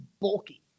bulky